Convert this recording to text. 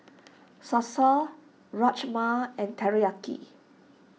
Salsa Rajma and Teriyaki